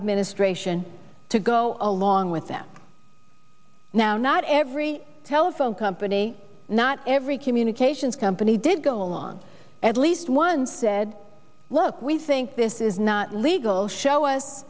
administration to go along with them now not every telephone company not every communications company did go along at least once said look we think this is not legal show us